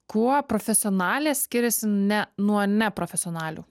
kuo profesionalės skiriasi ne nuo neprofesionalių